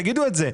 תגידו את זה.